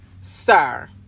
sir